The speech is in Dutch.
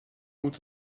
moet